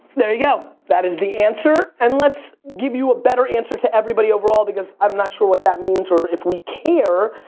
there you go, that is the answer. and let's give you a better answer to everybody overall because i'm not sure what that means or if we care,